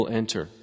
enter